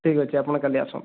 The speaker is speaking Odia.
ଠିକ୍ ଅଛି ଆପଣ କାଲି ଆସନ୍ତୁ